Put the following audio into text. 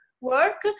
work